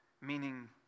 Meaning